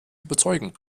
überzeugen